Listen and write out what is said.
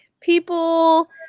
people